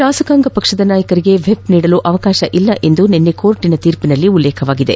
ಶಾಸಕಾಂಗ ಪಕ್ಷದ ನಾಯಕರಿಗೆ ವಿಪ್ ನೀಡಲು ಅವಕಾಶ ಇಲ್ಲವೆಂದು ನಿನ್ನೆ ನ್ಯಾಯಾಲಯದ ತೀರ್ಪಿನಲ್ಲಿ ಉಲ್ಲೇಖವಾಗಿದೆ